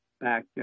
back